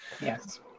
yes